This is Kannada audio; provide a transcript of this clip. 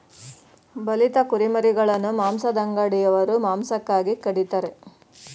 ಬಲಿತ ಕುರಿಮರಿಗಳನ್ನು ಮಾಂಸದಂಗಡಿಯವರು ಮಾಂಸಕ್ಕಾಗಿ ಕಡಿತರೆ